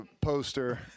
poster